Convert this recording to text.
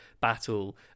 battle